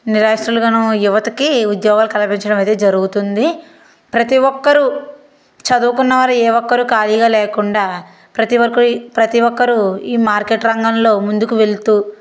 నిరాశ్రులుగానూ యువతకి ఉద్యోగం కల్పించడమనేది జరుగుతుంది ప్రతి ఒక్కరు చదువుకున్న వారు ఏ ఒక్కరు ఖాళీగా లేకుండా ప్రతి ఒక ప్రతి ఒక్కరు ఈ మార్కెట్ రంగంలో ముందుకు వెల్తూ